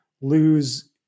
lose